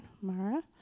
Mara